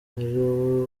hari